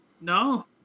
no